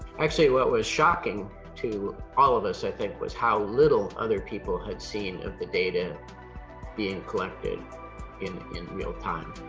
actually what was shocking to all of us i think was how little other people had seen of the data being collected in in real time.